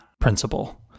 principle